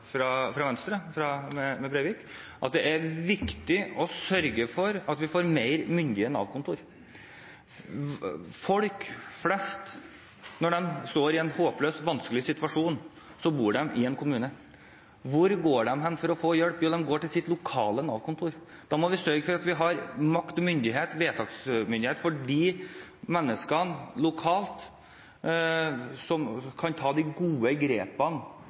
Venstre, Breivik, i at det er viktig å sørge for at vi får mer myndige Nav-kontor. Når folk flest står i en håpløst vanskelig situasjon i en kommune, hvor går de hen for å få hjelp? Jo, de går til sitt lokale Nav-kontor. Da må vi sørge for at de har makt og myndighet, vedtaksmyndighet, de menneskene lokalt som kan ta de gode grepene